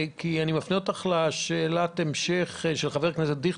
מפנה אותך לשאלת ההמשך של חבר הכנסת דיכטר.